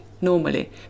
normally